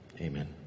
Amen